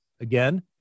Again